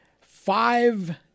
five